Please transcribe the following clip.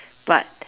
but